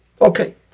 Okay